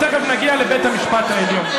ותכף נגיע לבית המשפט העליון.